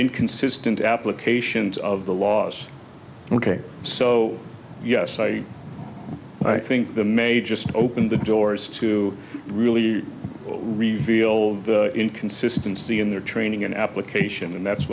inconsistent applications of the laws ok so yes i think the may just open the doors to really reveal the inconsistency in their training and application and that's